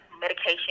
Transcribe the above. medication